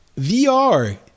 vr